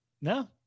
No